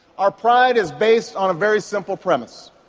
our pride is based on a very simple premise,